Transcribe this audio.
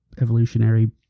evolutionary